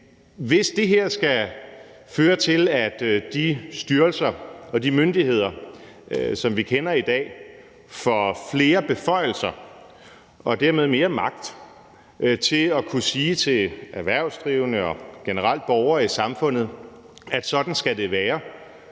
Hvis det her skal føre til, at de styrelser og de myndigheder, som vi kender i dag, får flere beføjelser og dermed mere magt til at kunne sige til erhvervsdrivende og generelt borgere i samfundet, at sådan skal det være,